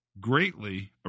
greatly